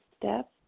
step